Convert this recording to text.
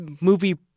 movie